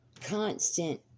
constant